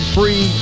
Free